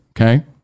okay